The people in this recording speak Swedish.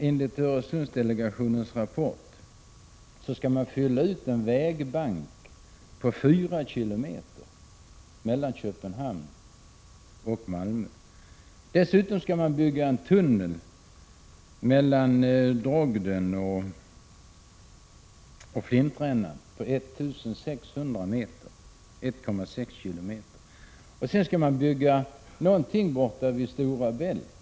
Enligt Öresundsdelegationens rapport skall man fylla ut en vägbank på 4 km mellan Köpenhamn och Malmö. Dessutom skall man bygga en tunnel på 1,6 km mellan Drogden och Flintrännan och sedan ytterligare något borta vid Stora Bält.